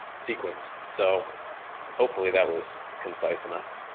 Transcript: sequence. so hopefully that was concise enough.